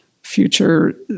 future